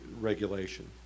regulation